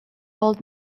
old